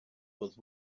with